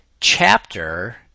chapter